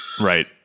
right